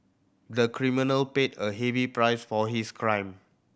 the criminal paid a heavy price for his crime